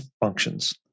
functions